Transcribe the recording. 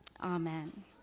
amen